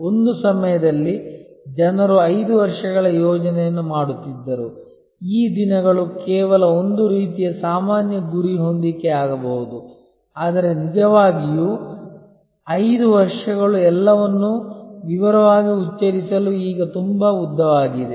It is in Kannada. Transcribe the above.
ಒಂದು ಸಮಯದಲ್ಲಿ ಜನರು 5 ವರ್ಷಗಳ ಯೋಜನೆಯನ್ನು ಮಾಡುತ್ತಿದ್ದರು ಈ ದಿನಗಳು ಕೇವಲ ಒಂದು ರೀತಿಯ ಸಾಮಾನ್ಯ ಗುರಿ ಹೊಂದಿಕೆಯಾಗಬಹುದು ಆದರೆ ನಿಜವಾಗಿಯೂ 5 ವರ್ಷಗಳು ಎಲ್ಲವನ್ನೂ ವಿವರವಾಗಿ ಉಚ್ಚರಿಸಲು ಈಗ ತುಂಬಾ ಉದ್ದವಾಗಿದೆ